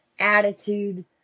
attitude